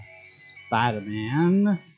Spider-Man